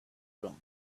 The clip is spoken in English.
ground